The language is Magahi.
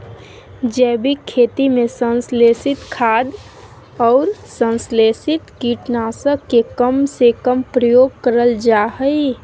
जैविक खेती में संश्लेषित खाद, अउर संस्लेषित कीट नाशक के कम से कम प्रयोग करल जा हई